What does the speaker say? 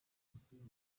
isiganwa